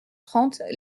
trente